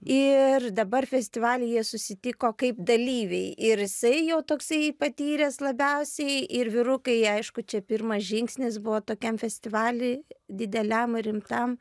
ir dabar festivalyje susitiko kaip dalyviai ir jisai jau toksai patyręs labiausiai ir vyrukai aišku čia pirmas žingsnis buvo tokiam festivaly dideliam rimtam